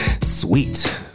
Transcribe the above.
sweet